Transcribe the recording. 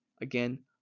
again